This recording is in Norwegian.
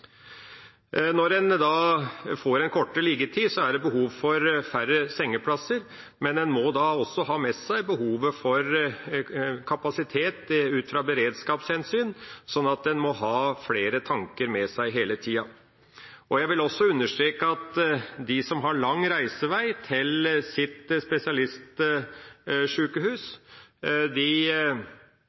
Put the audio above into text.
Når en da får en kortere liggetid, er det behov for færre sengeplasser, men en må da også ha med seg behovet for kapasitet ut fra beredskapshensyn. En må altså ha flere tanker med seg hele tida. Jeg vil også understreke at de som har lang reisevei til sitt